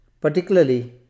particularly